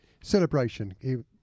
celebration